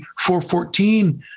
414